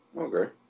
Okay